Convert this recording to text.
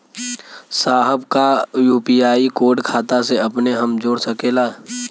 साहब का UPI code खाता से अपने हम जोड़ सकेला?